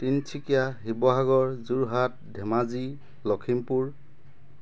Tinsukia Sivasagar Jorhat Dhemaji Lakhimpur